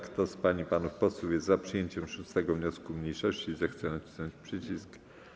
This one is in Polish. Kto z pań i panów posłów jest za przyjęciem 6. wniosku mniejszości, zechce nacisnąć przycisk.